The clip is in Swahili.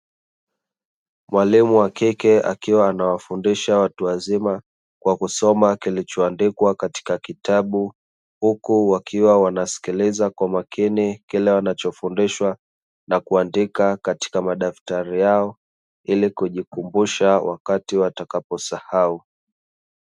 Mwalimu wa kike akiwa anawafundisha watu wazima kwa kusoma kilichoandikwa katika kitabu, huku wakiwa wanasikiliza kwa makini kile wanachofundishwa na kuandika katika madaftali yao, ili kujikumbusha wakati watakapo sahau.